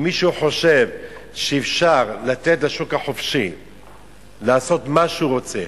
אם מישהו חושב שאפשר לתת לשוק החופשי לעשות מה שהוא רוצה,